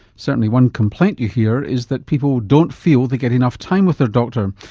certainly one complaint you hear is that people don't feel they get enough time with their doctor.